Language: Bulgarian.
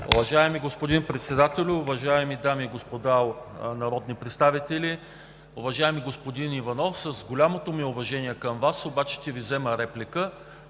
Уважаеми господин Председател, уважаеми дами и господа народни представители! Уважаеми господин Иванов, с голямото ми уважение към Вас обаче ще Ви репликирам.